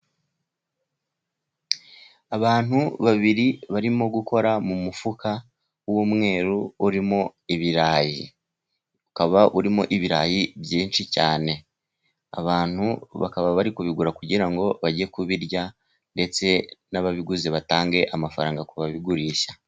Abantu babiri barimo gukora, mu mufuka w'umweru urimo ibirayi, ukaba urimo ibirayi byinshi cyane, abantu bakaba bari kubigura, kugira ngo bajye kubirya ndetse n'ababiguze, batange amafaranga kubabigurisha.